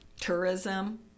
Tourism